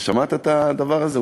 אתה שמעת את הדבר הזה?